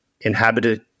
inhabited